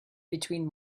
between